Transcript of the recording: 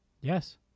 Yes